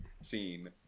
scene